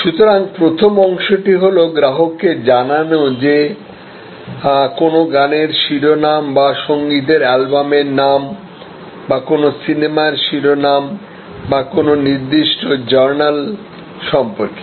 সুতরাং প্রথম অংশটি হল গ্রাহককে জানানো যে কোনও গানের শিরোনাম বা সংগীতের অ্যালবামের নাম বা কোনও সিনেমার শিরোনাম বা কোনও নির্দিষ্ট জার্নাল সম্পর্কে